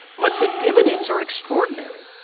but the dividends are extraordinary.